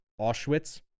Auschwitz